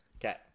Okay